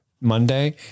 Monday